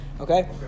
okay